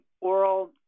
oral